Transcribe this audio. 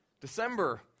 December